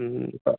ഇപ്പം